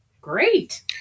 Great